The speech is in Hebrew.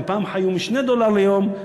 אם פעם חיו מ-2 דולר ליום,